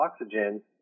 oxygen